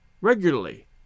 regularly